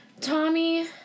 Tommy